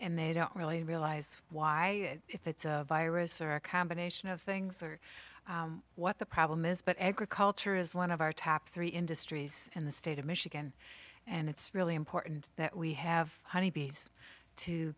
and they don't really realize why if it's a virus or a combination of things or what the problem is but agriculture is one of our top three industries in the state of michigan and it's really important that we have honeybees to